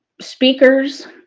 speakers